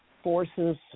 forces